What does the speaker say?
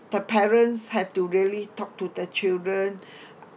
the parents had to really talk to the children